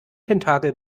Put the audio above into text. tentakel